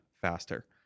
faster